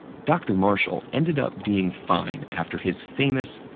dr. marshall ended up being fine after his famous,